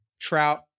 Trout